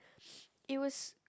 it was